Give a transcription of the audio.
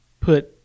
put